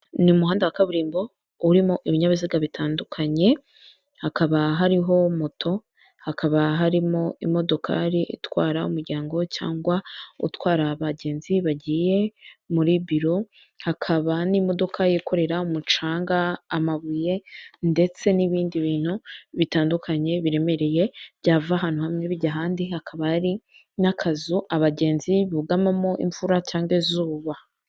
Ni umuhanda wa kaburimbo urimo ibinyabiziga bitandukanye hakaba hariho moto hakaba harimo imodokari itwara umuryango cyangwa itwara abagenzi bagiye muri biro hakaba n'imodoka yikorera umucanga ,amabuye ndetse n'ibindi bintu bitandukanye biremereye byava ahantu hamwe bijya ahandi hakaba hari n'akazu abagenzi bugamamo imvura cyangwa izuba .